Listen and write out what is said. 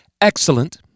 Excellent